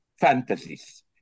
fantasies